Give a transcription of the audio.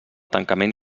tancament